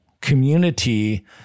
community